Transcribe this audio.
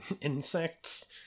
insects